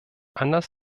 anders